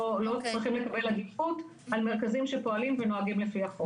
צריכים לקבל עדיפות על מרכזים שפועלים ונוהגים לפי החוק.